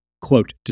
Quote